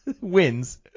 wins